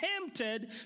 tempted